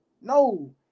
no